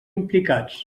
implicats